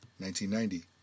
1990